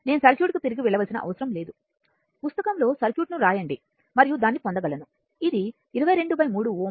నేను సర్క్యూట్కు తిరిగి వెళ్లవలసిన అవసరం లేదు పుస్తకంలో సర్క్యూట్ను గీయండి మరియు దాన్ని పొందగలను ఇది 223 Ω